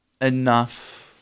enough